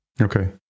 Okay